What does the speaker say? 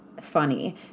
funny